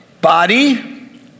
Body